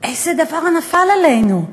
איזה דבר נפל עלינו.